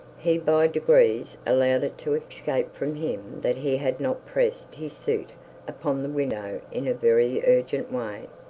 he by degrees allowed it to escape from him that he had not pressed his suit upon the widow in a very urgent way.